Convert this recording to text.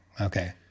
okay